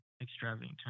extravagant